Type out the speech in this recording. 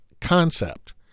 concept